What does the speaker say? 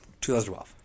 2012